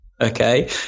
Okay